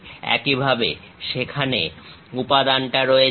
একইভাবে সেখানে উপাদানটা রয়েছে